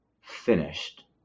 finished